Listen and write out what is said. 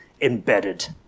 embedded